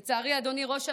לצערי, אדוני ראש הממשלה,